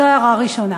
זו הערה ראשונה.